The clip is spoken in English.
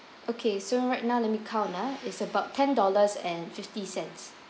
okay so right now let me count ah is about ten dollars and fifty cents